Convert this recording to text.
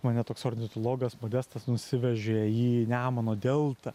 mane toks ornitologas modestas nusivežė į nemuno deltą